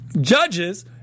judges